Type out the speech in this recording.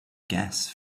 gas